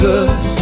Good